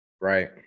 Right